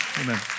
Amen